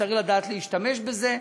וצריך לדעת להשתמש בזה: